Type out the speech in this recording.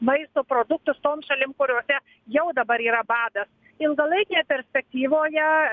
maisto produktus toms šalims kuriose jau dabar yra badas ilgalaikėje perspektyvoje